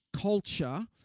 culture